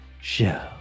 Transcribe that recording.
show